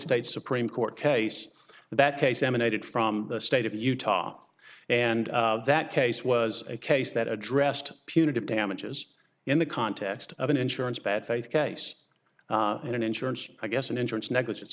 states supreme court case that case emanated from the state of utah and that case was a case that addressed punitive damages in the context of an insurance bad faith case in an insurance i guess an insurance negligence